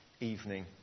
evening